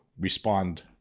respond